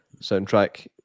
Soundtrack